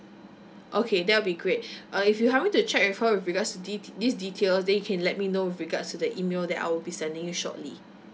okay that will be great uh if you happen to check with regards to this these details then you can let me know with regards to the email that I'll be sending you shortly